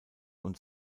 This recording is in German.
und